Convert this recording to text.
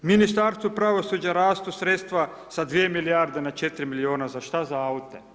Ministarstvu pravosuđa rastu sredstva sa 2 milijarde na 4 milijuna, za šta, za aute.